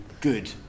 Good